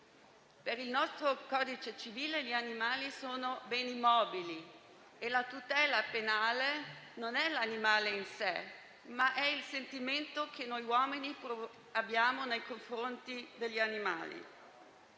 Per il nostro codice civile gli animali sono beni mobili e la tutela penale è non per l'animale in sé, ma per il sentimento che noi uomini abbiamo nei loro confronti.